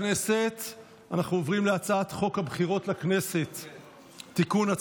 אנחנו עוברים להצעת חוק הבחירות לכנסת (תיקון,